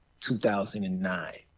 2009